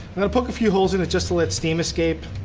and i'll poke a few holes in it, just to let steam escape.